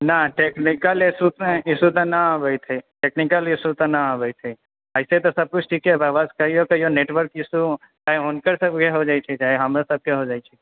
ने technical issue तऽ ने अबैत हँ टेक्नीकल इशू तऽ ने अबैत हइ एहिसॅं तऽ सबकुछ ठीके बा कहियो कहियो नेटवर्क इशू चाहे हुनकर सभकेँ हो जाइ छै चाहे हमर सभके हो जाइ छै